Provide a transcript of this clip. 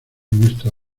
muestra